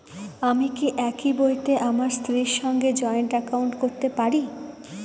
আমি কি একই বইতে আমার স্ত্রীর সঙ্গে জয়েন্ট একাউন্ট করতে পারি?